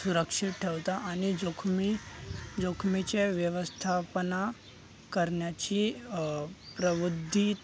सुरक्षित ठेवतं आणि जोखमी जोखमीचे व्यवस्थापना करण्याची प्रबुद्धीत